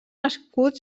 escut